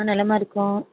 ஆ நலமாக இருக்கோம்